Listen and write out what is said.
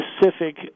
specific